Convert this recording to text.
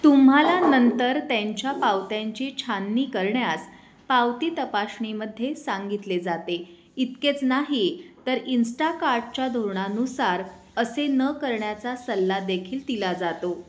तुम्हाला नंतर त्यांच्या पावत्यांची छाननी करण्यास पावती तपासणीमध्ये सांगितले जाते इतकेच नाही तर इंस्टाकार्टच्या धोरणानुसार असे न करण्याचा सल्ला देखील दिला जातो